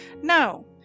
No